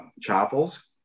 chapels